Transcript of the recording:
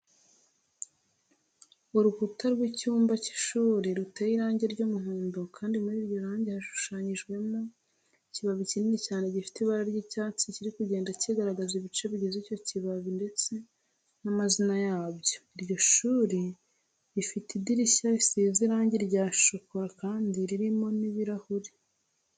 Urukuta rw'icyumba cy'ishuri ruteye irangi ry'umuhondo kandi muri iryo rangi hashushanyijemo ikibabi kinini cyane gifite ibara ry'icyatsi kiri kugenda kigaragaza ibice bigize icyo kibabi ndetse n'amazina yabyo. Iryo shuri rifite idirishya risize irangi rya shokora kandi ririmo n'ibirahure.